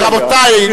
רבותי,